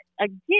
again